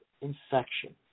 infection